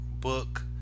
book